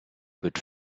good